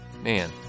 Man